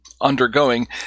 undergoing